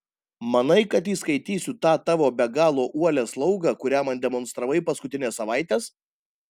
manai kad įskaitysiu tą tavo be galo uolią slaugą kurią man demonstravai paskutines savaites